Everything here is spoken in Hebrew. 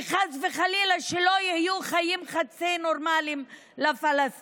כי חס וחלילה שלא יהיו חיים חצי נורמליים לפלסטינים.